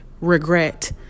regret